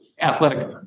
athletic